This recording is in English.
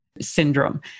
syndrome